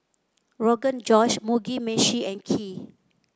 Rogan Josh Mugi Meshi and Kheer